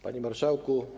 Panie Marszałku!